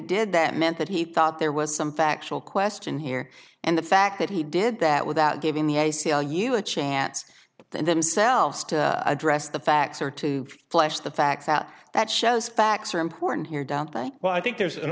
did that meant that he thought there was some factual question here and the fact that he did that without giving the a c l u a chance and themselves to address the facts or to flesh the facts out that shows facts are important here downplay well i think there's an